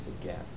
again